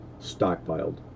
stockpiled